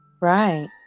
Right